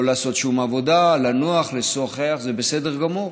לא לעשות שום עבודה, לנוח, לשוחח, זה בסדר גמור.